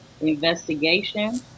investigation